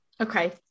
Okay